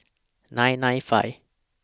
nine nine five